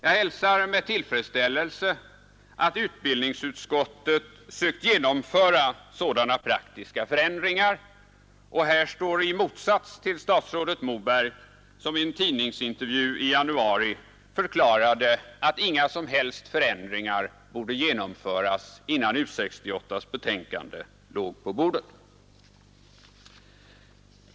Jag hälsar med tillfredsställelse att utbildningsutskottet sökt genomföra sådana praktiska förändringar och här står i motsats till statsrådet Moberg, som i en tidningsintervju i januari förklarade att inga som helst förändringar borde göras innan U 68:s betänkande låg på bordet.